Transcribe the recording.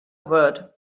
word